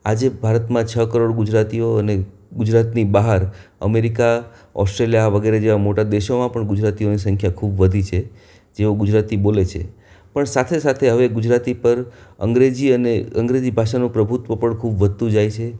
આજે ભારતમાં છ કરોડ ગુજરાતીઓ અને ગુજરાતની બહાર અમેરિકા ઓસ્ટ્રેલીયા વગેરે જેવા મોટા દેશોમાં પણ ગુજરાતીઓની સંખ્યા ખૂબ વધી છે જેઓ ગુજરાતી બોલે છે પણ સાથે સાથે હવે ગુજરાતી પર અંગ્રેજી અને અંગ્રેજી ભાષાનો પ્રભુત્વ પણ ખૂબ વધતું જાય છે